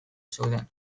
zeuden